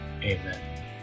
amen